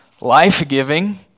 life-giving